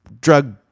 drug